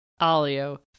Alio